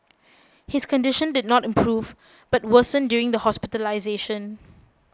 his condition did not improve but worsened during the hospitalisation